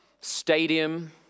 stadium